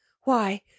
Why